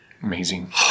Amazing